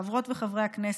חברות וחברי הכנסת,